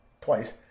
twice